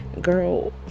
girl